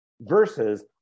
versus